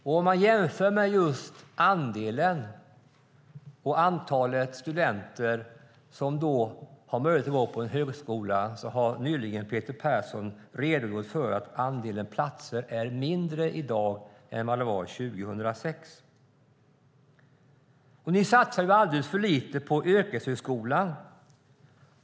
När man jämför just andelen och antalet studenter som har möjlighet att gå på högskolan har Peter Persson nyligen redogjort för att andelen platser är mindre i dag än den var 2006. Ni satsar även alldeles för lite på yrkeshögskolan.